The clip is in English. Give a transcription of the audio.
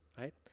right